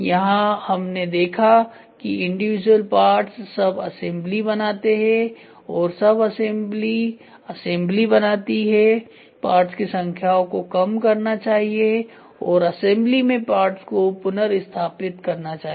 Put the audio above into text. यहां हमने देखा कि इंडिविजुअल पार्ट्स सब असेंबली बनाते हैं और सब असेंबली असेंबली बनाती हैं पार्ट्स की संख्याओं को कम करना चाहिए और असेंबली में पार्ट्स को पुनर्स्थापित करना चाहिए